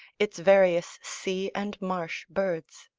its various sea and marsh birds.